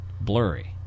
Blurry